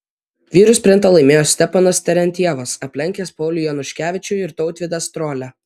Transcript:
vyrų sprintą laimėjo stepanas terentjevas aplenkęs paulių januškevičių ir tautvydą strolią